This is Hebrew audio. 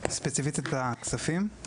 ספציפית את הכספים?